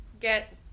get